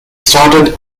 started